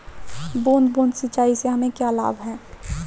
बूंद बूंद सिंचाई से हमें क्या लाभ है?